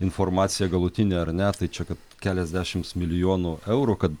informacija galutinė ar ne tai čia kad keliasdešims milijonų eurų kad